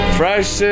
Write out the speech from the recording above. fresh